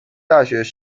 大学